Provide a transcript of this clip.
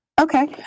Okay